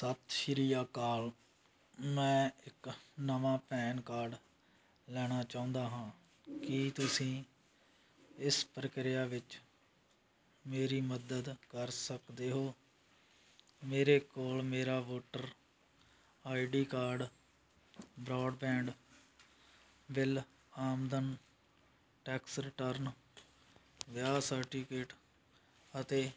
ਸਤਿ ਸ਼੍ਰੀ ਅਕਾਲ ਮੈਂ ਇੱਕ ਨਵਾਂ ਪੈਨ ਕਾਰਡ ਲੈਣਾ ਚਾਹੁੰਦਾ ਹਾਂ ਕੀ ਤੁਸੀਂ ਇਸ ਪ੍ਰਕਿਰਿਆ ਵਿੱਚ ਮੇਰੀ ਮਦਦ ਕਰ ਸਕਦੇ ਹੋ ਮੇਰੇ ਕੋਲ ਮੇਰਾ voter I D card broadband bill ਆਮਦਨ ਟੈਕਸ ਰਿਟਰਨ ਵਿਆਹ ਸਰਟੀਫਿਕੇਟ ਅਤੇ